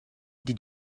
did